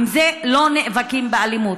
עם זה לא נאבקים באלימות.